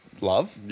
love